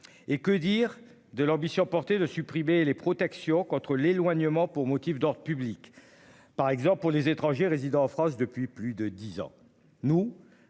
Et que dire de l'ambition portée de supprimer les protections contre l'éloignement pour motif d'ordre public. Par exemple pour les étrangers résidant en France depuis plus de 10 ans